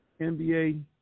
NBA